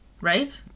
right